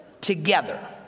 together